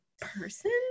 person